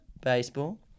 baseball